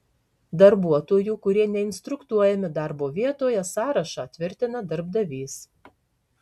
darbuotojų kurie neinstruktuojami darbo vietoje sąrašą tvirtina darbdavys